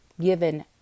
given